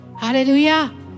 Hallelujah